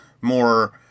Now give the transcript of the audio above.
more